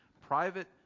private